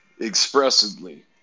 expressively